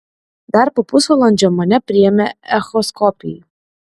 dar po pusvalandžio mane priėmė echoskopijai